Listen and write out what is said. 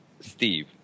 Steve